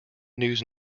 news